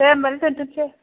दे होनबालाय दोन्थ'नोसै